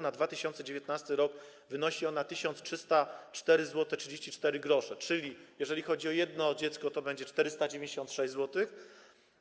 Na 2019 r. wynosi ona 1304,34 gr, czyli jeżeli chodzi o jedno dziecko, to będzie to 496 zł,